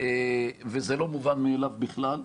וזה לא מובן מאיליו בכלל.